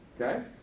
Okay